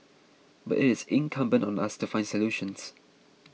but it is incumbent on us to find solutions